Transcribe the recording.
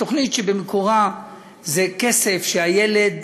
היא תוכנית שבמקורה כסף שהילד